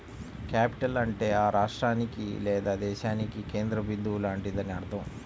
capital అంటే ఆ రాష్ట్రానికి లేదా దేశానికి కేంద్ర బిందువు లాంటిదని అర్థం